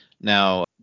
Now